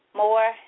more